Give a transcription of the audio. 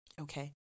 okay